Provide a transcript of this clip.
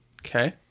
Okay